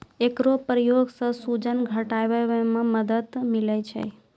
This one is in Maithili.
एकरो प्रयोग सें सूजन घटावै म मदद मिलै छै